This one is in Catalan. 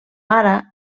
ara